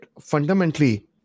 fundamentally